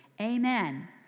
Amen